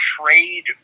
trade